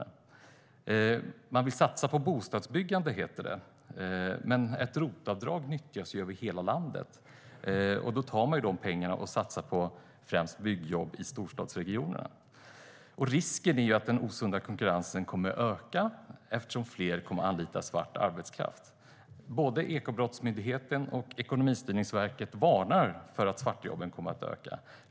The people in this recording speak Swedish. Regeringen säger att man vill satsa på bostadsbyggande. Men ett ROT-avdrag nyttjas över hela landet. De pengarna satsas på främst byggjobb i storstadsregionerna. Risken är att den osunda konkurrensen kommer att öka eftersom fler kommer att anlita svart arbetskraft. Både Ekobrottsmyndigheten och Ekonomistyrningsverket varnar för att svartjobben kommer att öka.